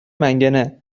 منگنه